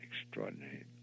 extraordinary